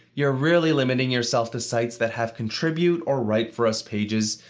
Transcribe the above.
you're really limiting yourself to sites that have contribute or write for us pages,